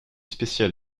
spécial